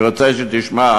אני רוצה שתשתמע,